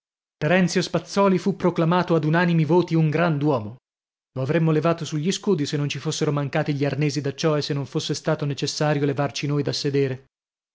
terenzio spazzòli fu proclamato ad unanimi voti un grand'uomo lo avremmo levato sugli scudi se non ci fossero mancati gli arnesi da ciò e se non fosse stato necessario levarci noi da sedere